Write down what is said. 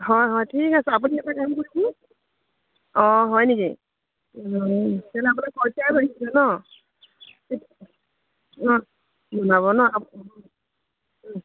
হয় হয় ঠিক আছে আপুনি এটা কাম কৰিব অঁ হয় নেকি অঁ তেনেহ'লে আপোনালোকৰ খৰচাই বাঢ়িছে ন অঁ অঁ জনাব ন আপুনি